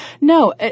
No